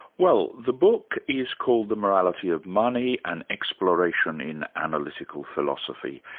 well the book is called the morality of money an exploration in analytical philosophy.